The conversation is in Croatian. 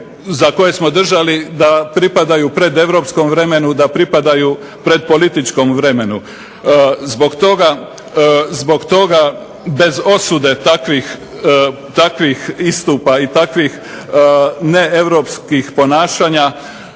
za koje smo držali da pripadaju predeuropskom vremenu, da pripadaju predpolitičkom vremenu. Zbog toga bez osude takvih istupa i takvih neeuropskih ponašanja,